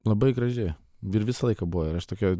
labai graži ir visą laiką buvo ir aš tokioj